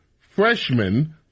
Freshmen